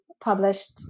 published